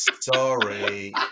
sorry